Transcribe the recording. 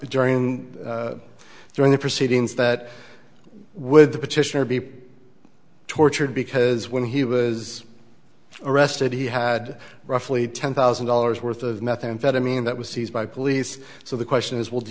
during during the proceedings that would the petitioner be tortured because when he was arrested he had roughly ten thousand dollars worth of methamphetamine that was seized by police so the question is will do